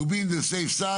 to be on the safe side,